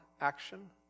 action